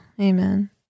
Amen